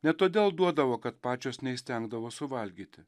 ne todėl duodavo kad pačios neįstengdavo suvalgyti